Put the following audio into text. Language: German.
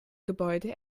gebäude